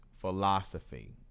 philosophy